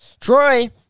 Troy